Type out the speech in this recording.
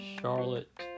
Charlotte